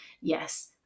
Yes